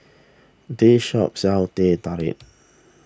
this shop sells Teh Tarik